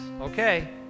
okay